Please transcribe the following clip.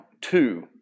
two